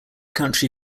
country